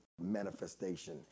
manifestation